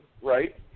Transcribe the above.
right